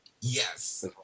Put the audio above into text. Yes